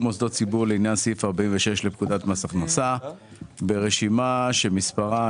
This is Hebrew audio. מוסדות ציבור לעניין סעיף 46 לפקודת מס הכנסה ברשימה שמספרה: